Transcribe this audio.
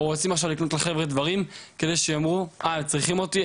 או רוצים עכשיו לקנות לחבר'ה דברים כדי שיאמרו הנה צריכים אותי,